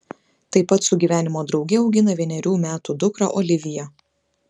tai pat su gyvenimo drauge augina vienerių metų dukrą oliviją